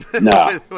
No